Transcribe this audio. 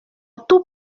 tout